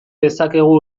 dezakegu